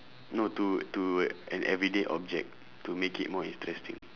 no to to an everyday object to make it more interesting